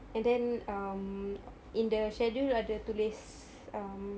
and then um in the schedule ada tulis um